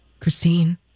Christine